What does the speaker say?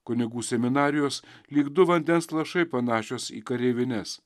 kunigų seminarijos lyg du vandens lašai panašios į kareivines